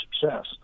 success